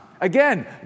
Again